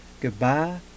goodbye